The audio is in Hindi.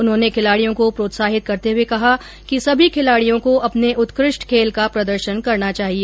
उन्होंने खिलाडियों को प्रोत्साहित करते हुए कहा कि सभी खिलाडियों को अपने उत्कृष्ट खेल का प्रदर्शन करना चाहिए